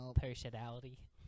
Personality